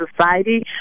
society